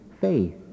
Faith